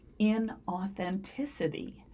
inauthenticity